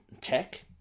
tech